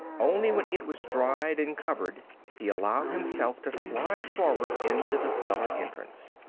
only when it was dried and covered did he allow himself to slide forward into the cellar entrance.